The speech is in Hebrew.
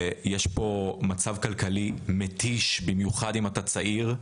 ויש פה מצב כלכלי מתיש, במיוחד אם אתה צעיר.